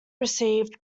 received